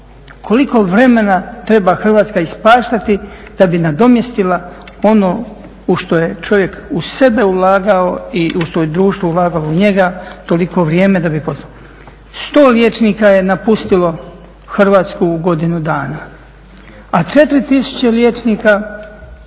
Koliko vremena treba Hrvatska ispaštati da bi nadomjestila ono u što je čovjek u sebe ulagao i u što je društvo ulagalo u njega toliko vrijeme da bi. Sto